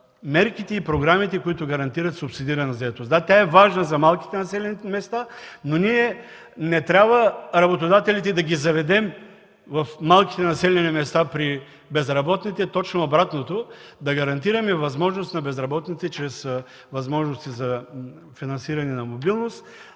мерките и програмите, които гарантират субсидирана заетост. Да, тя е важна за малките населени места, но не трябва работодателите да ги заведем до малките населени места при безработните, а точно обратното – да гарантираме възможност на безработните чрез възможности за финансиране на мобилност